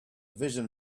vision